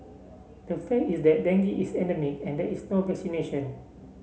the fact is that dengue is endemic and there is no vaccination